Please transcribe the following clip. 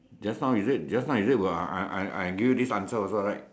just now is it just now is it uh I I I give you this answer also right